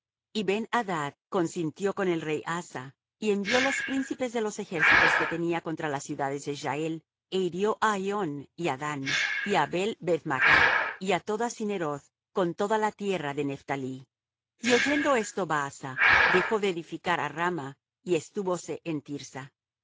me deje y ben adad consintió con el rey asa y envió los príncipes de los ejércitos que tenía contra las ciudades de israel é hirió á ahión y á dan y á abel beth maach y á toda cinneroth con toda la tierra de nephtalí y oyendo esto baasa dejó de edificar á rama y estúvose